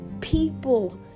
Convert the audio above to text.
people